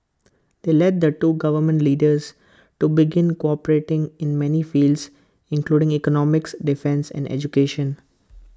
they led the two government leaders to begin cooperating in many fields including economics defence and education